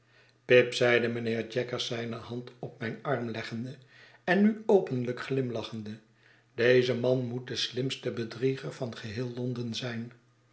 pip zeide mijnheer jaggers zijne hand op mijn arm leggende en nu openlijk glimlachende deze man moet de slimste bedrieger van geheel l on den zijn